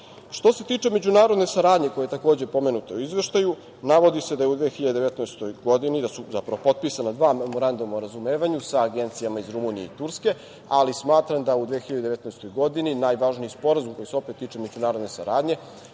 idu. Što se tiče međunarodne saradnje koja je takođe pomenuta u izveštaju, navodi se da je u 2019. godini, da su zapravo potpisana dva Memoranduma o razumevanju sa Agencijama iz Rumunije i Turske, ali smatram da u 2019. godini najvažniji sporazum koji se opet tiče međunarodne saradnje